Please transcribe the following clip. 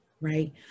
right